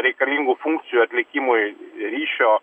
reikalingų funkcijų atlikimui ryšio